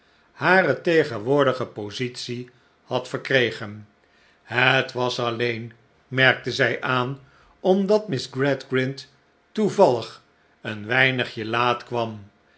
hare tegenwoordige positie had verkregen het was alleen merkte zij aan omdat miss gradgrind toevallig een weinigje laat kwam